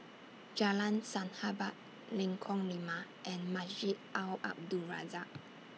Jalan Sahabat Lengkong Lima and Masjid Al Abdul Razak